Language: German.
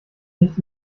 nicht